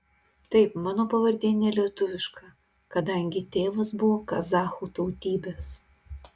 taip mano pavardė ne lietuviška kadangi tėvas buvo kazachų tautybės